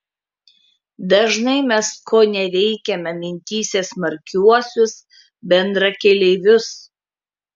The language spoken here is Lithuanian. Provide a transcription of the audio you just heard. dažnai mes koneveikiame mintyse smarkiuosius bendrakeleivius